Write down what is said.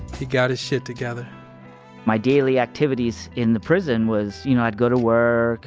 he got his shit together my daily activities in the prison was, you know, i'd go to work,